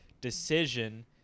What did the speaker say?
decision